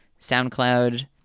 soundcloud